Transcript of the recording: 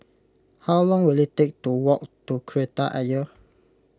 how long will it take to walk to Kreta Ayer